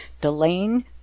Delane